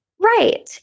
Right